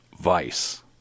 vice